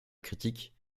critique